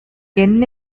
என்ன